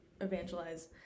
evangelize